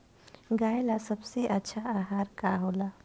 गाय ला सबसे अच्छा आहार का होला?